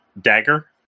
dagger